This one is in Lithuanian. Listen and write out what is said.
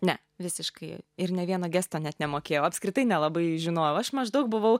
ne visiškai ir nė vieno gesto net nemokėjau apskritai nelabai žinojau aš maždaug buvau